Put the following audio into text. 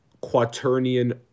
quaternion